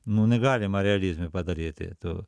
nū negalima realizme padaryti tu